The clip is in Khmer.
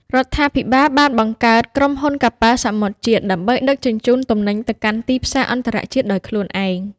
រដ្ឋាភិបាលបានបង្កើតក្រុមហ៊ុនកប៉ាល់សមុទ្រជាតិ ដើម្បីដឹកជញ្ជូនទំនិញទៅកាន់ទីផ្សារអន្តរជាតិដោយខ្លួនឯង។